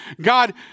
God